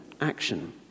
action